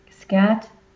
scat